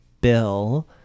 bill